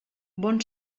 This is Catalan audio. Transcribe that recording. bon